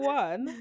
one